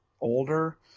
older